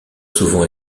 souvent